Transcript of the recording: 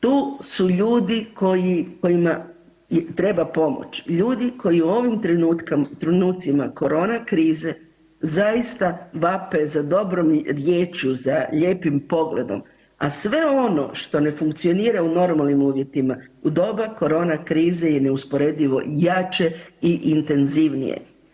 Tu su ljudi koji, kojima treba pomoć, ljudi koji u ovom trenucima korona krize zaista vape za dobrom riječju, za lijepim pogledom, a sve ono što ne funkcionira u normalnim uvjetima u doba korona krize je neusporedivo jače i intenzivnije.